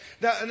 Now